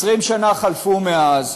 20 שנה חלפו מאז,